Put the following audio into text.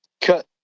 cut